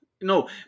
No